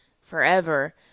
forever